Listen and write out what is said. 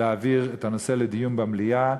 להעביר את הנושא לדיון במליאה.